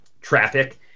traffic